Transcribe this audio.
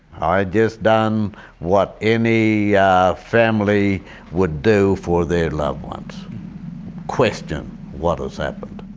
i just done what any yeah family would do for their loved ones question what has happened.